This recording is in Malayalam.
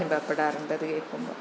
നുഭവപ്പെടാറുണ്ട് അത് കേള്ക്കുമ്പോള്